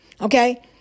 Okay